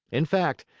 in fact,